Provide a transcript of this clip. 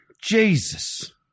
Jesus